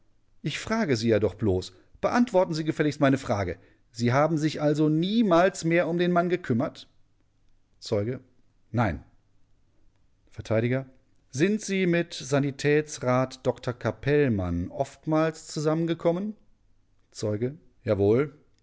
ich frage sie ja doch bloß beantworten sie gefälligst meine frage sie haben sich also niemals mehr um den mann gekümmert zeuge nein vert sind sie mit sanitätsrat dr capellmann oftmals zusammengekommen zeuge jawohl